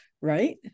Right